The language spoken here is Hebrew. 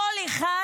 כל אחד